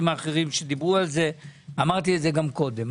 האחרים שדיברו על זה ואמרתי את זה קודם.